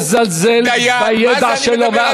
אל תזלזל בידע שלו.